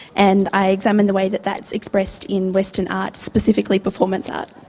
and i examine the way that that's expressed in western arts, specifically performance art.